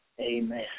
Amen